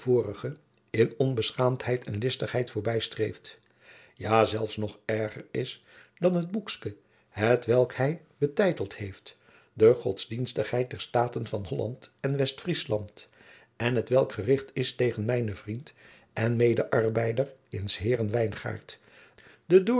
in onbeschaamdheid en listigheid voorbijstreeft ja zelfs nog erger is dan het boekske hetwelk hij betijteld heeft de godsdienstigheid der staten van holland en westfriesland en t welk gericht is tegen mijnen vriend en medearbeider in s heeren wijngaart den